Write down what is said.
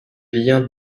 liens